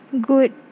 good